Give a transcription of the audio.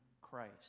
Christ